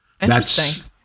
Interesting